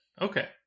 Okay